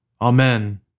Amen